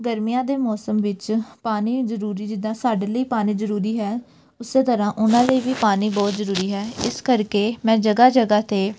ਗਰਮੀਆਂ ਦੇ ਮੌਸਮ ਵਿੱਚ ਪਾਣੀ ਜ਼ਰੂਰੀ ਜਿੱਦਾਂ ਸਾਡੇ ਲਈ ਪਾਣੀ ਜ਼ਰੂਰੀ ਹੈ ਉਸੇ ਤਰ੍ਹਾਂ ਉਹਨਾਂ ਲਈ ਵੀ ਪਾਣੀ ਬਹੁਤ ਜ਼ਰੂਰੀ ਹੈ ਇਸ ਕਰਕੇ ਮੈਂ ਜਗ੍ਹਾ ਜਗ੍ਹਾ 'ਤੇ